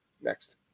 next